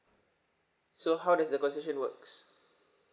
so how does the concession works